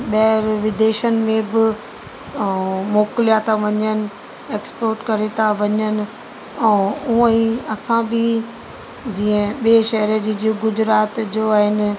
ॿाहिरि विदेशनि में बि ऐं मोकिलिया था वञनि एक्स्पॉर्ट करे था वञनि ऐं ऊअं ई असां बि जीअं ॿिए शहर जी जो गुजरात जो आहिनि